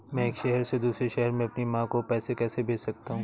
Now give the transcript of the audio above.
मैं एक शहर से दूसरे शहर में अपनी माँ को पैसे कैसे भेज सकता हूँ?